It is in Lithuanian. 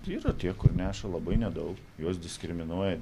yra tie kur neša labai nedaug juos diskriminuoja